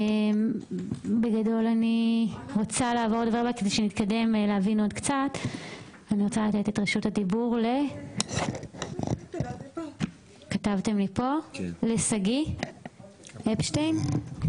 בגדול אני רוצה שנתקדם ולתת את רשות הדיבור לשגיא אפשטיין,